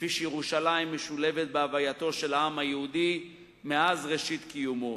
כפי שירושלים משולבת בהווייתו של העם היהודי מאז ראשית קיומו.